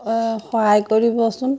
অঁ সহায় কৰিবচোন